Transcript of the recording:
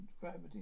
gravity